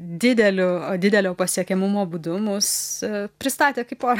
dideliu didelio pasiekiamumo būdu mus pristatė kaip porą